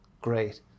great